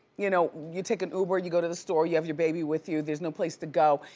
you know, you take an uber, you go to the store. you have your baby with you. there's no place to go.